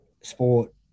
sport